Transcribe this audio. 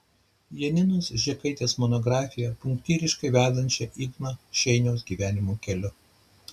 janinos žekaitės monografiją punktyriškai vedančią igno šeiniaus gyvenimo keliu